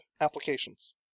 applications